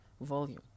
volume